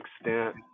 extent